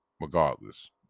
regardless